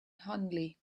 hunley